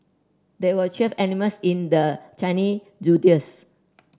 there were twelve animals in the Chinese Zodiacs